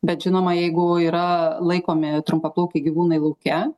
bet žinoma jeigu yra laikomi trumpaplaukiai gyvūnai lauke